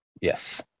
Yes